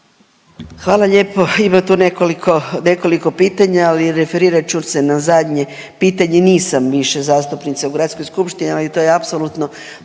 Hvala lijepo. Ima tu nekoliko pitanja, ali referirat ću se na zadnje pitanje. Nisam više zastupnica u Gradskoj Skupštini i to je apsolutno